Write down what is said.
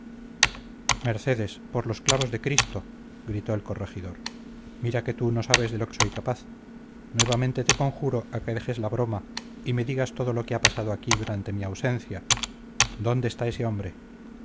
mercedes por los clavos de cristo gritó el corregidor mira que tú no sabes de lo que soy capaz nuevamente te conjuro a que dejes la broma y me digas todo lo que ha pasado aquí durante mi ausencia dónde está ese hombre